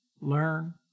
learn